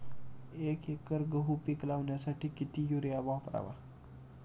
एक एकर गहू पीक लावण्यासाठी किती युरिया वापरावा?